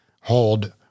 hold